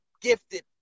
gifted